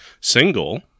single